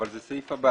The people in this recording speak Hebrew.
אבל זה הסעיף הבא.